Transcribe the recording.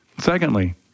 Secondly